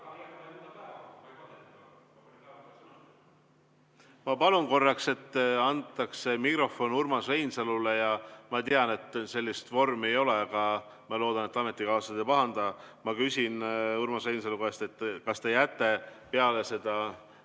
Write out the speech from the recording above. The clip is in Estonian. Ma palun korraks, et antakse mikrofon Urmas Reinsalule. Ma tean, et sellist vormi ei ole, aga ma loodan, et ametikaaslased ei pahanda. Ma küsin Urmas Reinsalu käest nii: kas te jääte peale teie